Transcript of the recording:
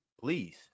please